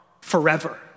forever